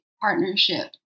partnership